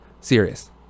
serious